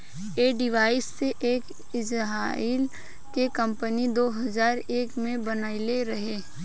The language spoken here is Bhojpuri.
ऐ डिवाइस के एक इजराइल के कम्पनी दो हजार एक में बनाइले रहे